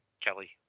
kelly